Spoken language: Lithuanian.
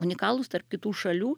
unikalūs tarp kitų šalių